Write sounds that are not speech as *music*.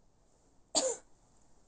*coughs*